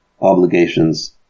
obligations